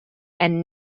and